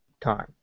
time